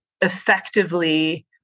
effectively